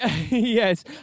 Yes